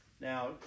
Now